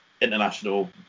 international